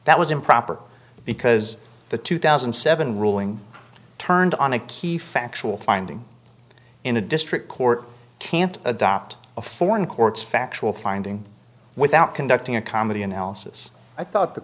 that was improper because the two thousand and seven ruling turned on a key factual finding in a district court can't adopt a foreign courts factual finding without conducting a comedy analysis i thought the